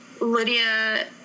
Lydia